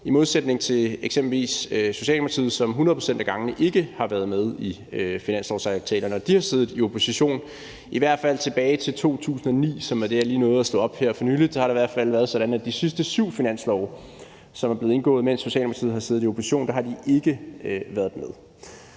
i modsætning til eksempelvis Socialdemokratiet, som hundrede procent af gangene ikke har været med i finanslovsaftalerne, når de har siddet i opposition. I hvert fald tilbage til 2009, som er så langt, jeg lige nåede at slå op her for nylig, har det været sådan, at de sidste syv finanslove, som er blevet indgået, mens Socialdemokratiet har siddet i opposition, har de ikke været med